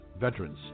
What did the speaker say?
Veterans